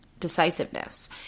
decisiveness